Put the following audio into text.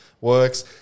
works